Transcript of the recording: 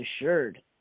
assured